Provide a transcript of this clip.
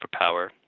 superpower